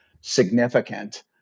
significant